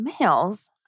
males